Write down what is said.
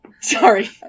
Sorry